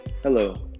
hello